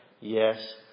yes